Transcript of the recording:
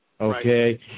okay